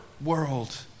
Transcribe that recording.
world